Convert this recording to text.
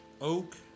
oak